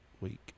week